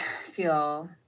feel